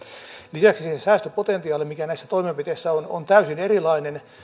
lisäksi se se säästöpotentiaali mikä näissä toimenpiteissä on on täysin erilainen